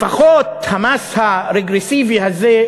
לפחות המס הרגרסיבי הזה,